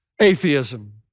Atheism